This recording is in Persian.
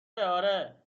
اره